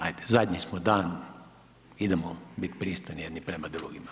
Ajde zadnji smo dan, idemo biti pristojni jedni prema drugima.